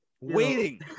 waiting